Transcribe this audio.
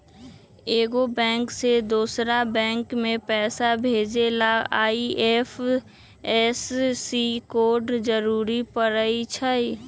एगो बैंक से दोसर बैंक मे पैसा भेजे ला आई.एफ.एस.सी कोड जरूरी परई छई